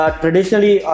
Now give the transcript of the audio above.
traditionally